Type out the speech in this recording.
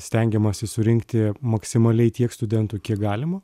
stengiamasi surinkti maksimaliai tiek studentų kiek galima